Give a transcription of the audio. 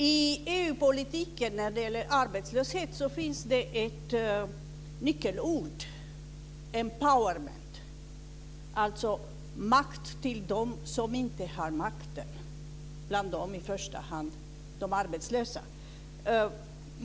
Fru talman! I EU-politiken mot arbetslöshet finns ett nyckelord, empowerment, dvs. makt till dem som inte har makten, och bland dem i första hand de arbetslösa.